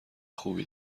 خوبی